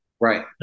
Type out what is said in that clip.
Right